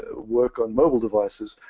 ah work on mobile devices,